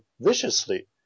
viciously